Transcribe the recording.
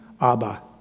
Abba